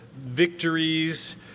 victories